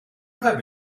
have